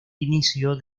inicio